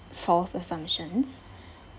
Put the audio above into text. false assumptions